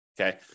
Okay